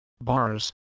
bars